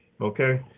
okay